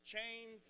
Chains